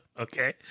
Okay